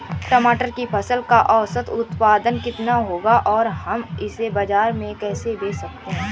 टमाटर की फसल का औसत उत्पादन कितना होगा और हम इसे बाजार में कैसे बेच सकते हैं?